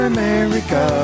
America